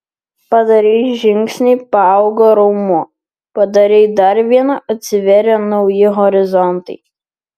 padarei žingsnį paaugo raumuo padarei dar vieną atsivėrė nauji horizontai